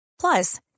Plus